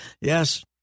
Yes